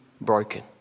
broken